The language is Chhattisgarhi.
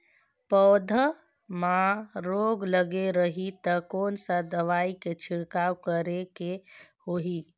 पौध मां रोग लगे रही ता कोन सा दवाई के छिड़काव करेके होही?